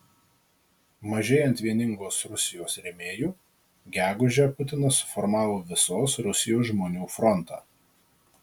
mažėjant vieningos rusijos rėmėjų gegužę putinas suformavo visos rusijos žmonių frontą